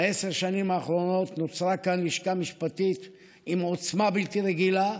בעשר השנים האחרונות נוצרה כאן לשכה משפטית עם עוצמה בלתי רגילה,